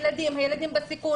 ילדים בפיגור,